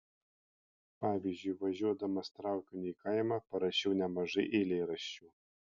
pavyzdžiui važiuodamas traukiniu į kaimą parašiau nemažai eilėraščių